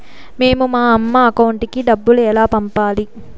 మేము మా అమ్మ అకౌంట్ కి డబ్బులు ఎలా పంపాలి